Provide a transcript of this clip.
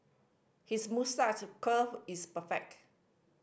his moustache curl is perfect